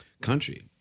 country